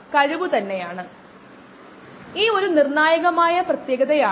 അവിടെ ചില ഗുണങ്ങളുണ്ട്